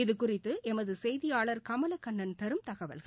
இது குறித்துஎமதுசெய்தியாளர் கமலக்கண்ணன் தரும் தகவல்கள்